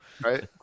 Right